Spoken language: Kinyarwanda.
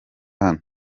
hano